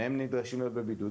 שניהם נדרשים להיות בבידוד.